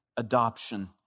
adoption